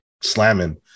slamming